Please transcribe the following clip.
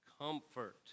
comfort